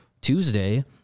Tuesday